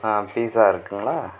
pizza இருக்குங்களா